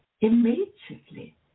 immediately